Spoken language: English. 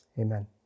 Amen